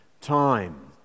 time